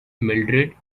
mildrid